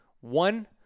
One